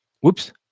whoops